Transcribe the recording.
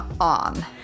on